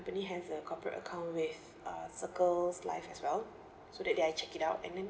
has a corporate account with uh circles life as well so that day I check it out and then